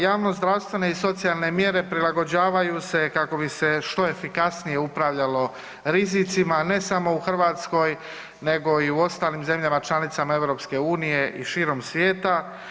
Javnozdravstvene i socijalne mjere prilagođavaju se kako bi se što efikasnije upravljalo rizicima ne samo u Hrvatskoj nego i u ostalim zemljama članicama EU i širom svijeta.